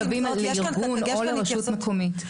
הנושא של איסוף כלבים לארגון או לרשות המקומית.